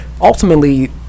ultimately